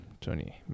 Tony